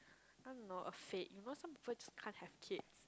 I don't know a fate you know some people just can't have kids